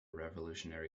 revolutionary